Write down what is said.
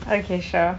okay sure